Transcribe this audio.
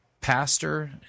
pastor